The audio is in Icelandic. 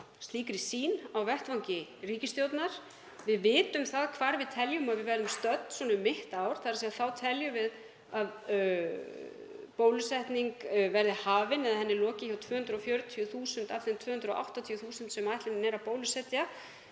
slíkri sýn á vettvangi ríkisstjórnar. Við vitum hvar við teljum að við verðum stödd um mitt ár. Þá teljum við að bólusetning verði hafin eða henni lokið hjá 240.000 af þeim 280.000 sem ætlunin er að bólusetja